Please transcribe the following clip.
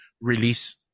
release